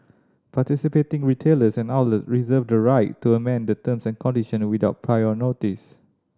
participating retailers and outlet reserve the right to amend the terms and condition without prior notice